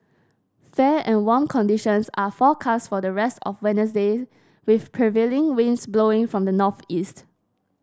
fair and warm conditions are forecast for the rest of Wednesday with prevailing winds blowing from the northeast